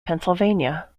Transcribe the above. pennsylvania